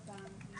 בבקשה.